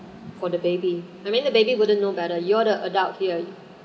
for the baby I mean the baby wouldn't know better you're the adult here